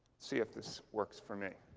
see if this works for me